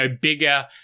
bigger